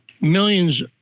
millions